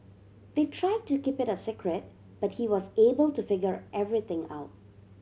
they tried to keep it a secret but he was able to figure everything out